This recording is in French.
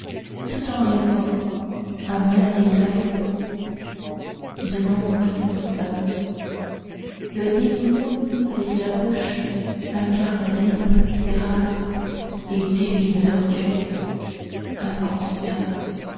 tout en rêvant à maint détail blonde en somme le nez mignon avec la bouche incarnadine grasse et divine d'orgueil inconscient